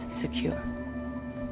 secure